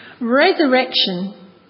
Resurrection